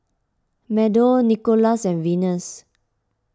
Meadow Nikolas and Venus